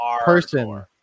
person